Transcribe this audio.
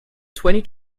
twenty